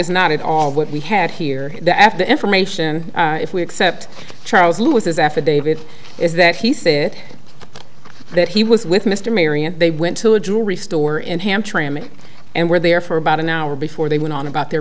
is not at all what we had here after information if we accept charles lewis his affidavit is that he said that he was with mr mayor they went to a jewelry store in hamtramck and were there for about an hour before they went on about their